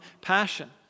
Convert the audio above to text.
passion